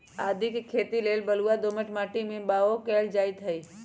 आदीके खेती लेल बलूआ दोमट माटी में बाओ कएल जाइत हई